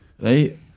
right